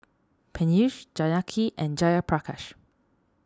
Peyush Janaki and Jayaprakash